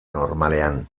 normalean